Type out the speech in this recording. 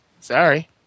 Sorry